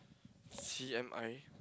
C_M_I